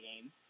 game